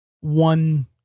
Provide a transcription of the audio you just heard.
one